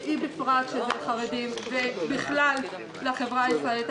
היא בפרט, שזה חרדים, ובכלל לחברה הישראלית.